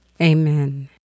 Amen